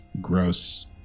gross